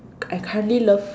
I currently love